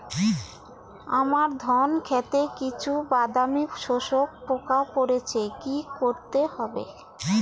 আমার ধন খেতে কিছু বাদামী শোষক পোকা পড়েছে কি করতে হবে?